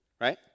right